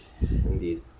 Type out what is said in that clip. Indeed